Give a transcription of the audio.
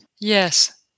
Yes